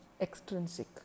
extrinsic